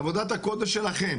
עבודת הקודש שלכם,